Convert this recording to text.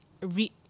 read